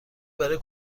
برای